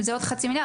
זה עוד חצי מיליארד,